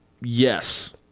Yes